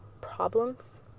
problems